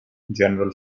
general